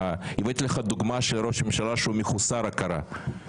הבאתי לך דוגמה של ראש ממשלה שהוא מחוסר הכרה,